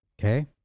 Okay